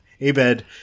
Abed